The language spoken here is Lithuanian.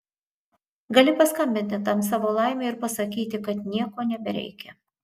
gali paskambinti tam savo laimiui ir pasakyti kad nieko nebereikia